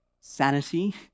sanity